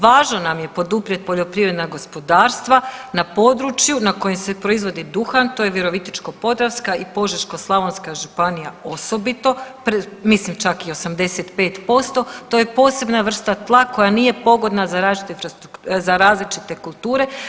Važno nam je poduprijeti poljoprivredna gospodarstva na području na kojem se proizvodi duhan, to je Virovitičko-podravska i Požeško-slavonska županija osobiti, mislim čak i 85% to je posebna vrsta tla koja nije pogodna za različite kulture.